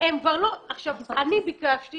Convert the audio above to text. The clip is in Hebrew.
ביקשתי